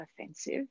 offensive